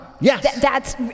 Yes